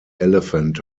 elephant